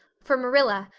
for marilla,